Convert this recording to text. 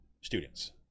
students